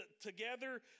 together